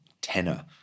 tenor